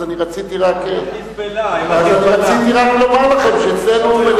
אז אני רציתי רק לומר לכם שאצלנו,